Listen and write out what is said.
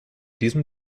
diesem